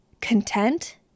content